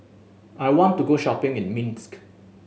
I want to go shopping in Minsk